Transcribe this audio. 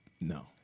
No